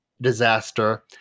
disaster